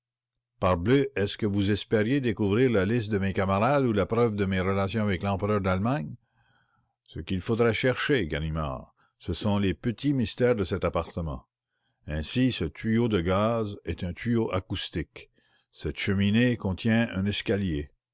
est-ce que vous espériez découvrir la liste de mes camarades ou la preuve de mes relations avec le tsar ce qu'il faudrait chercher ganimard ce sont les petits mystères de cet appartement ainsi ce tuyau de gaz est un tuyau acoustique cette cheminée contient un escalier